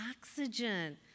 oxygen